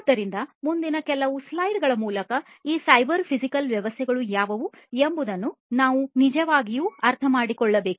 ಆದ್ದರಿಂದ ಮುಂದಿನ ಕೆಲವು ಸ್ಲೈಡ್ಗಳ ಮೂಲಕ ಈ ಸೈಬರ್ ಫಿಸಿಕಲ್ ವ್ಯವಸ್ಥೆಗಳು ಯಾವುವು ಎಂಬುದನ್ನು ನಾವು ನಿಜವಾಗಿಯೂ ಅರ್ಥಮಾಡಿಕೊಳ್ಳಬೇಕು